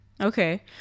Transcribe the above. Okay